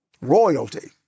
Royalty